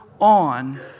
on